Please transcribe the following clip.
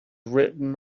written